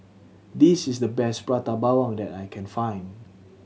this is the best Prata Bawang that I can find